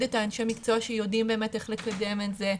את אנשי המקצוע שיודעים איך לקדם את זה.